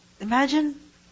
Imagine